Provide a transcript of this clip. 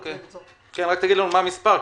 תגיד לנו מה המספר,